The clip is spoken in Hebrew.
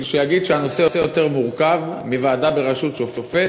שיגיד שהנושא יותר מורכב מוועדה בראשות שופט